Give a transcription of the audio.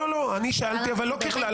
אבל אני שאלתי לא ככלל.